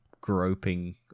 groping